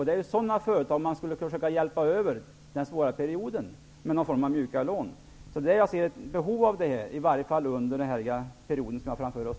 Det är sådana företag som skulle behöva få hjälp med någon form av mjuka lån under den svåra period som vi nu har framför oss.